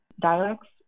dialects